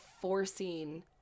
forcing